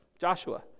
Joshua